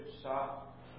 stop